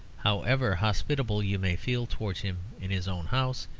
however hospitable you may feel towards him in his own house,